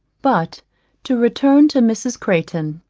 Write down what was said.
but to return to mrs. crayton